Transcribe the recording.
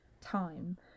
time